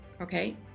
okay